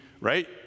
right